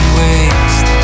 waste